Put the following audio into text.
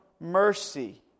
mercy